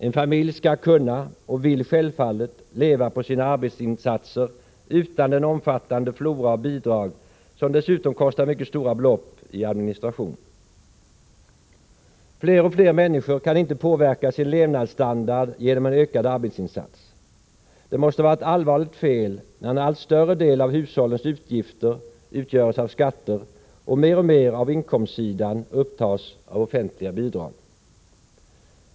En familj skall kunna, och vill självfallet, leva på sina arbetsinsatser utan den omfattande flora av bidrag som dessutom kostar mycket stora belopp i administration. Fler och fler människor kan inte påverka sin levnadsstandard genom en ökad arbetsinsats. Det måste vara ett allvarligt fel när en allt större del av hushållens utgifter utgörs av skatter och mer och mer av inkomstsidan upptas av offentliga bidrag.